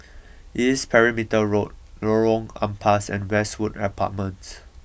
East Perimeter Road Lorong Ampas and Westwood Apartments